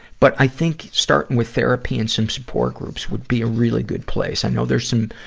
but i think starting with therapy and some support groups would be a really good place. i know there's some,